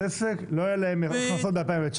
להקמת עסק, לא היה להם הכנסות ב-2019,